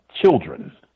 children